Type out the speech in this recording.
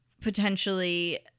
potentially